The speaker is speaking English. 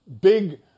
big